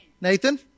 Nathan